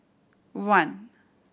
one